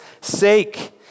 sake